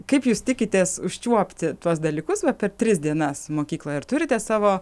kaip jūs tikitės užčiuopti tuos dalykus va per tris dienas mokykloje ar turite savo